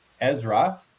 Ezra